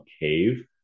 cave